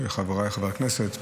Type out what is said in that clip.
חבריי חברי הכנסת,